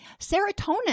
Serotonin